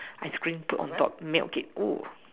ice cream put on top milk it oh